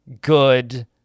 good